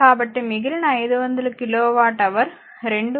కాబట్టి మిగిలిన 500 kilowatt hour 2